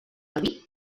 albí